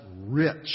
rich